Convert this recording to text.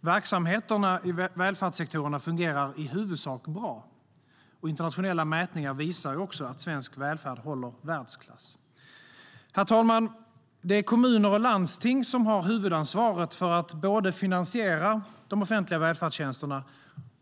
Verksamheterna i välfärdssektorerna fungerar i huvudsak bra, och internationella mätningar visar att svensk välfärd håller världsklass. Herr talman! Det är kommuner och landsting som har huvudansvaret för både att finansiera de offentliga välfärdstjänsterna